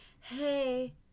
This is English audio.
hey